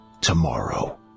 tomorrow